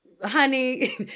Honey